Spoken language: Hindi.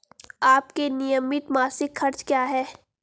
आपके नियमित मासिक खर्च क्या हैं?